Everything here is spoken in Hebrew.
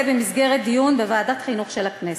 במסגרת דיון בוועדת החינוך של הכנסת.